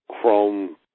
chrome